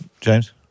James